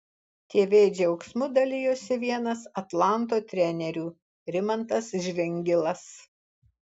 tv džiaugsmu dalijosi vienas atlanto trenerių rimantas žvingilas